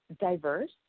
diverse